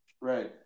right